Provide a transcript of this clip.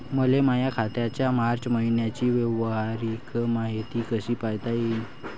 मले माया खात्याच्या मार्च मईन्यातील व्यवहाराची मायती कशी पायता येईन?